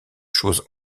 chose